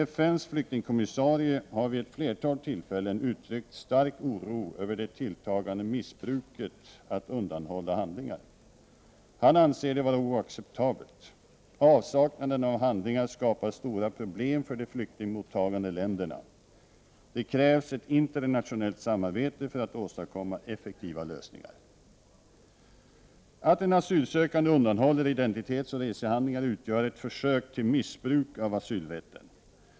FN:s flyktingkommissarie har vid ett flertal tillfällen uttryckt stark oro över det tilltagande missbruket att undanhålla handlingar. Han anser det vara oacceptabelt. Avsaknaden av handlingar skapar stora problem för de flyktingmottagande länderna. Det krävs ett internationellt samarbete för att åstadkomma effektiva lösningar. Att en asylsökande undanhåller identitetsoch resehandlingar utgör ett försök till missbruk av asylrätten.